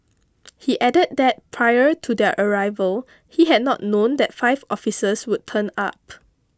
he added that prior to their arrival he had not known that five officers would turn up